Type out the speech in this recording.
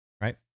right